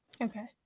okay